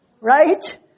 Right